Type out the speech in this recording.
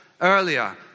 earlier